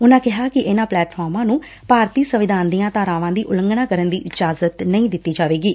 ਉਨਾਂ ਕਿਹਾ ਕਿ ਇਨਾਂ ਪਲੈਟਫਾਰਮਾਂ ਨੂੰ ਭਾਰਤੀ ਸੰਵਿਧਾਨ ਦੀਆਂ ਧਾਰਾਵਾਂ ਦੀ ਉਲੰਘਣਾ ਕਰਨ ਦੀ ਇਜਾਜ਼ਤ ਨਹੀ ਦਿੱਤੀ ਜਾਵੇਗੀ